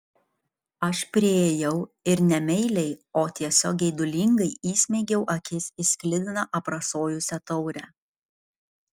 aš priėjau ir ne meiliai o tiesiog geidulingai įsmeigiau akis į sklidiną aprasojusią taurę